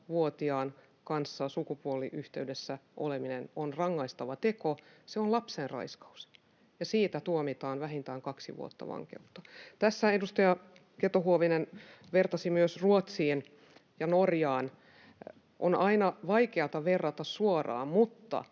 16-vuotiaan kanssa sukupuoliyhteydessä oleminen on rangaistava teko, se on lapsenraiskaus, ja siitä tuomitaan vähintään kaksi vuotta vankeutta. Tässä edustaja Keto-Huovinen vertasi myös Ruotsiin ja Norjaan: On aina vaikeata verrata suoraan, mutta